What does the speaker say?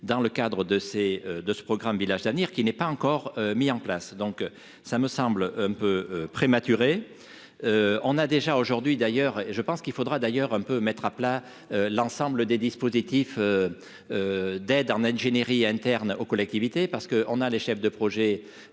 dans le cadre de ces de ce programme, village d'avenir qui n'est pas encore mis en place, donc ça me semble un peu prématuré, on a déjà aujourd'hui d'ailleurs, et je pense qu'il faudra d'ailleurs un peu mettre à plat l'ensemble des dispositifs d'aide en ingénierie interne aux collectivités parce que on a les chefs de projet,